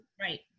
right